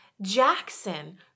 Jackson